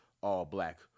all-black